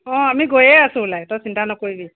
অঁ আমি গৈয়ে আছোঁ ওলাই তই চিন্তা নকৰিবি